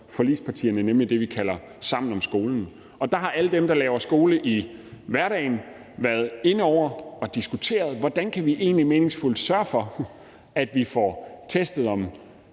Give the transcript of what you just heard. forligspartierne, nemlig det, vi kalder Sammen om skolen, og der har alle dem, der laver skole i hverdagen, været inde over og diskuteret, hvordan vi egentlig meningsfuldt kan sørge for, at vi får testet, om